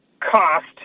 cost